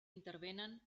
intervenen